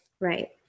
right